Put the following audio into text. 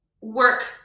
work